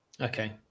Okay